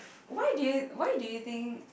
why do you why do you think